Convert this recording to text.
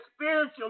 spiritual